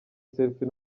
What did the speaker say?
selfie